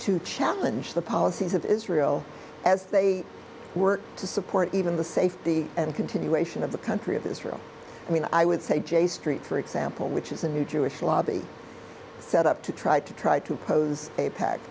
to challenge the policies of israel as they work to support even the safety and continuation of the country of israel i mean i would say j street for example which is a new jewish lobby set up to try to try to pose